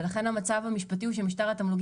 לכן המצב המשפטי הוא שמשטר התמלוגים